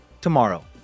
tomorrow